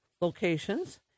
locations